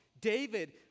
David